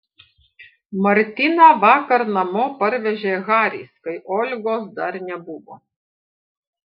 martiną vakar namo parvežė haris kai olgos dar nebuvo